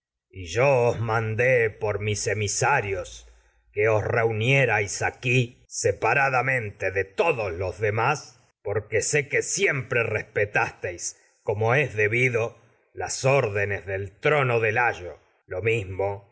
y os yo mandé por mis emi de todos sarios los que reunierais aquí separadamente respetasteis demás porque sé que siempre como es debido las órdenes del trono de go layo lo mismo